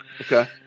Okay